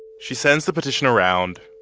she sends the petition around,